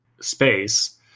space